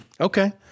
Okay